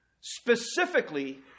specifically